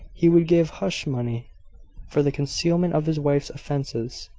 he would give hush-money for the concealment of his wife's offences.